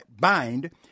bind